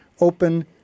open